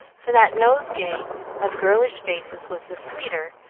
for that nosegay of girlish faces was the sweeter,